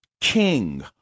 king